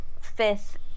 fifth